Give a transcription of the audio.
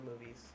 movies